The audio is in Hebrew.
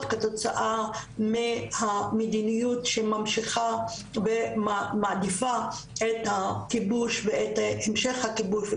כתוצאה מהמדיניות שממשיכה ומעדיפה את המשך הכיבוש,